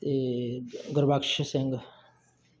ਅਤੇ ਗੁਰਬਖਸ਼ ਸਿੰਘ